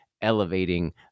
elevating